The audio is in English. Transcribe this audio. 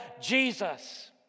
Jesus